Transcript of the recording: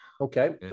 Okay